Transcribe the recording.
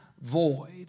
void